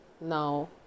now